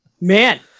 Man